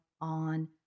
on